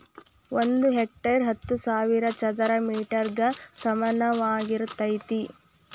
ಒಂದ ಹೆಕ್ಟೇರ್ ಹತ್ತು ಸಾವಿರ ಚದರ ಮೇಟರ್ ಗ ಸಮಾನವಾಗಿರತೈತ್ರಿ